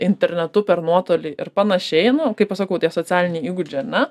internetu per nuotolį ir panašiai nu kaip aš sakau tie socialiniai įgūdžiai ane